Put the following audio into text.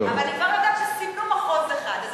אבל אני כבר יודעת שסימנו מחוז אחד.